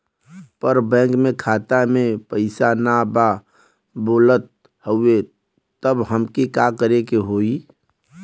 पर बैंक मे खाता मे पयीसा ना बा बोलत हउँव तब हमके का करे के होहीं?